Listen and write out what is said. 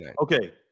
okay